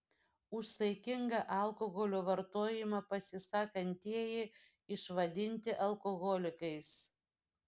už saikingą alkoholio vartojimą pasisakantieji išvadinti alkoholikais